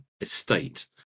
estate